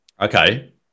Okay